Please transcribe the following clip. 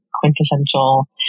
quintessential